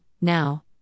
now